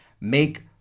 make